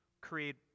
create